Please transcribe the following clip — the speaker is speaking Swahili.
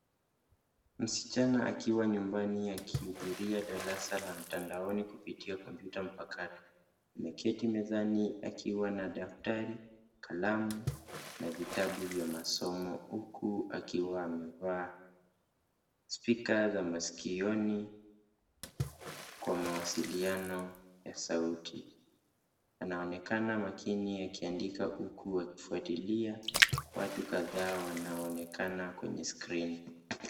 Msichana akiwa nyumbani akihudhuria darasa la mtandaoni kupitia kompyuta mpakato. Ameketi mezani akiwa na daftari, kalamu na vitabu vya masomo huku akiwa amevaa spika za masikioni kwa mawasiliano ya sauti. Anaonekana makini akiandika huku akifuatilia. Watu kadhaa wanaonekana kwenye skrini.